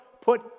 put